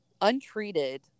Untreated